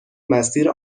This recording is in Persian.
مسیر